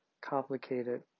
complicated